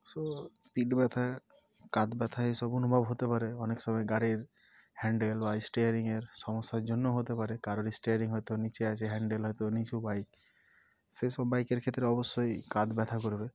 so পিঠ ব্যথা কাঁধ ব্যথা এসব অনুভব হতে পারে অনেক সময় গাড়ির হ্যান্ডেল বা স্টিয়ারিংয়ের সমস্যার জন্যও হতে পারে কারোর স্টিয়ারিং হয়তো নিচে আছে হ্যান্ডেল হয়তো নিচু বাইক সেসব বাইকের ক্ষেত্রে অবশ্যই কাঁধ ব্যথা করবে